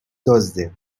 دزده